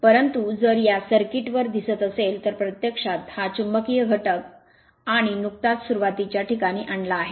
परंतु जर या सर्किट वर दिसत असेल तर प्रत्यक्षात हा चुंबकीय घटक आणि loss component नुकताच सुरुवातीच्या ठिकाणी आणला आहे